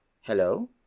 Hello